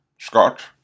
Scott